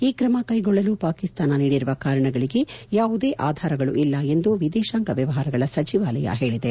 ಈ ಕ್ರಮಕ್ಕೆಗೊಳ್ಳಲು ಪಾಕಿಸ್ತಾನ ನೀಡಿರುವ ಕಾರಣಗಳಿಗೆ ಯಾವುದೇ ಆಧಾರಗಳು ಇಲ್ಲ ಎಂದು ವಿದೇಶಾಂಗ ವ್ಲವಹಾರಗಳ ಸಚಿವಾಲಯ ಹೇಳಿದೆ